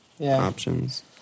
options